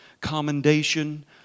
commendation